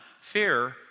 fear